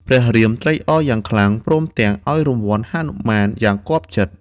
ព្រះរាមត្រេកអរយ៉ាងខ្លាំង ព្រមទាំងឱ្យរង្វាន់ហនុមានយ៉ាងគាប់ចិត្ត។